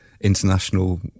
international